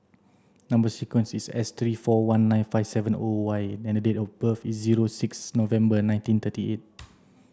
number sequence is S three four one nine five seven O Y and date of birth is zero six November nineteen thirty eight